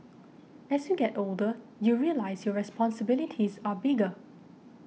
as you get older you realise your responsibilities are bigger